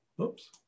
Oops